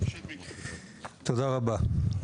תודה רבה.